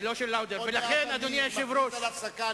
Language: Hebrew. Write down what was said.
עוד מעט אני מכריז על הפסקה,